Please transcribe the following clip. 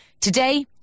Today